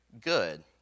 good